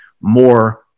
more